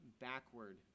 backward